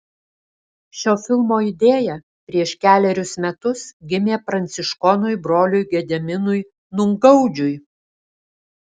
šio filmo idėja prieš kelerius metus gimė pranciškonui broliui gediminui numgaudžiui